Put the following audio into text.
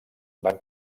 van